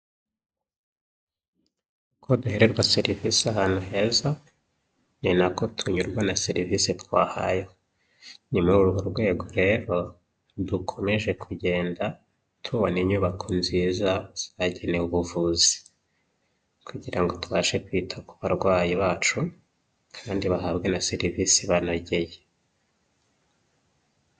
Uko duhererwa service ahantu heza, ni nako tunyurwa na service twahawe. Ni muri urwo rwego rero dukomeje kugenda tubona inyubako nziza zagenewe ubuvuzi; kugirango tubashe kwita ku barwayi bacu, kandi bahabwe na service ibanogeye.